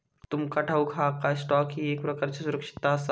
तुमका ठाऊक हा काय, स्टॉक ही एक प्रकारची सुरक्षितता आसा?